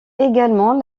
également